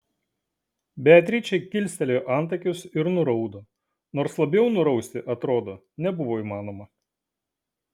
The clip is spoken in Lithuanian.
beatričė kilstelėjo antakius ir nuraudo nors labiau nurausti atrodo nebuvo įmanoma